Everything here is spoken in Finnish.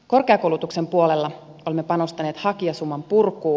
korkeakoulutuksen puolella olemme panostaneet hakijasuman purkuun